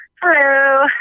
Hello